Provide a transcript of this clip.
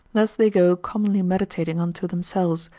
thus they go commonly meditating unto themselves,